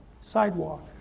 Sidewalk